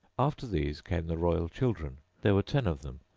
after these came the royal children there were ten of them,